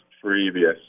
previous